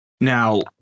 Now